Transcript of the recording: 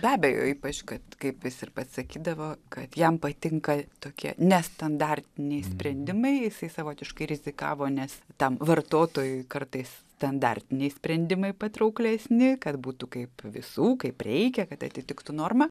be abejo ypač kad kaip jis ir pats sakydavo kad jam patinka tokie nestandartiniai sprendimai jisai savotiškai rizikavo nes tam vartotojui kartais standartiniai sprendimai patrauklesni kad būtų kaip visų kaip reikia kad atitiktų normą